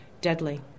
Deadly